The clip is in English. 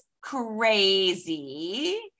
crazy